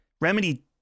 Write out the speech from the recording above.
Remedy